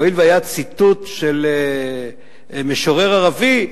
הואיל והיה ציטוט של משורר ערבי,